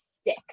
stick